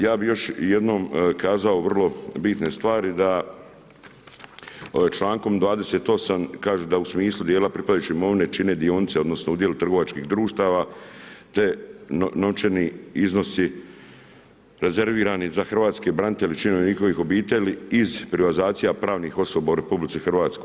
Ja bi još jednom kazao vrlo bitne stvari, da čl. 28. kaže da u smislu dijela pripadajuće imovine, čine dionice, odnosno, udjeli trgovačkih društava te novčani iznosi rezervirani za hrvatske branitelje i članove njihove obitelji iz privatizacija pravnih osoba u RH.